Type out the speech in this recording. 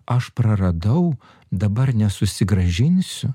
aš praradau dabar nesusigrąžinsiu